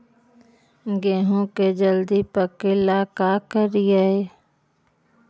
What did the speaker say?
गेहूं के जल्दी पके ल का करियै?